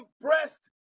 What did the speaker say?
breast